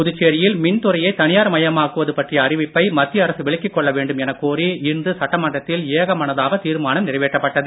புதுச்சேரியில் மின்துறையை தனியார் மயமாக்குவது பற்றிய அறிவிப்பை மத்திய அரசு விலக்கிக் கொள்ள வேண்டும் எனக் கோரி இன்று சட்டமன்றத்தில் ஏக மனதாக தீர்மானம் நிறைவேற்றப்பட்டது